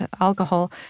alcohol